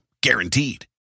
Guaranteed